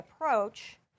approach